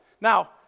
Now